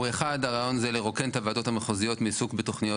הרעיון זה לרוקן את הוועדות המחוזיות מעיסוק בתוכניות